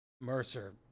Mercer